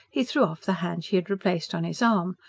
he threw off the hand she had replaced on his arm.